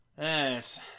Yes